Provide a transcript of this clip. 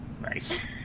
Nice